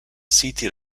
city